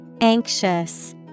Anxious